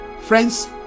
Friends